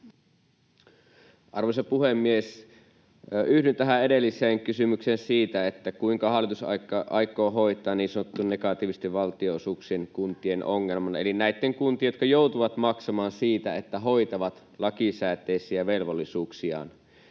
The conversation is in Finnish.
Arvoisa puhemies! Yhdyn tähän edelliseen kysymykseen siitä, kuinka hallitus aikoo hoitaa niin sanottujen negatiivisten valtionosuuksien kuntien ongelmat, eli näitten kuntien, jotka joutuvat maksamaan siitä, että hoitavat lakisääteisiä velvollisuuksiaan.